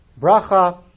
bracha